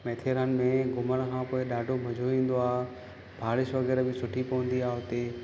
माथेरान में घुमण खां पोइ ॾाढो मज़ो ईंदो आहे बारिश वग़ैरह बि सुठी पवंदी आहे हुते